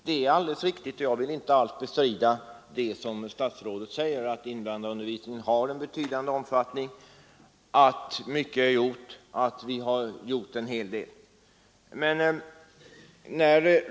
Herr talman! Det är alldeles riktigt att invandrarundervisningen har en betydande omfattning och att vi har gjort en hel del; det vill jag inte alls bestrida.